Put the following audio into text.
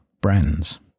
brands